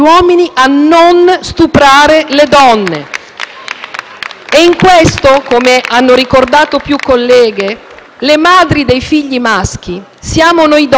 E in questo, come hanno ricordato più colleghe, le madri dei figli maschi siamo noi donne ed è quindi nostro primo dovere.